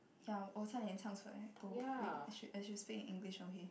ya wo cha yi dian chang chu lai oh wait I should I should speak English okay